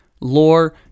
lore